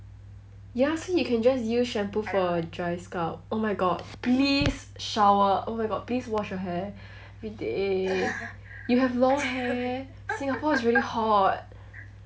ya see you can just use shampoo for dry scalp oh my god please shower oh my god please wash your hair everyday you have long hair Singapore's really hot